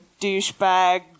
douchebag